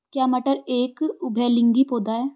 क्या मटर एक उभयलिंगी पौधा है?